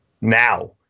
now